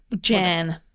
Jan